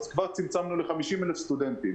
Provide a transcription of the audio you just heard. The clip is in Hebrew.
אז כבר צמצמנו ל-50,000 סטודנטים.